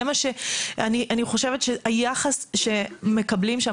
אני חושבת שהיחס שמקבלים שם,